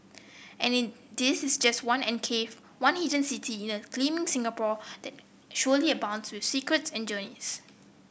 and this is just one enclave one hidden city in a gleaming Singapore that surely abounds with secrets and journeys